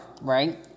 right